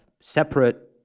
separate